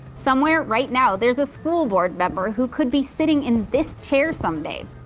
somewhere right now there's a school board member who could be sitting in this chair someday.